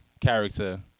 character